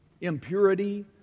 impurity